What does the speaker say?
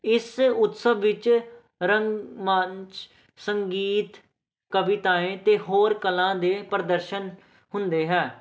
ਇਸੇ ਉਤਸਵ ਵਿੱਚ ਰੰਗ ਮੰਚ ਸੰਗੀਤ ਕਵਿਤਾਏ ਦੇ ਹੋਰ ਕਲਾ ਦੇ ਪ੍ਰਦਰਸ਼ਨ ਹੁੰਦੇ ਹੈ